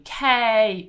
UK